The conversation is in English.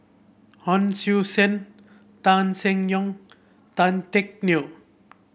Hon Sui Sen Tan Seng Yong Tan Teck Neo